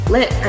Lit